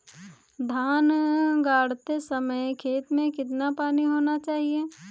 धान गाड़ते समय खेत में कितना पानी होना चाहिए?